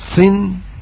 sin